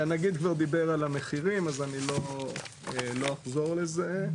הנגיד כבר דיבר על המחירים אז אני לא אחזור על זה.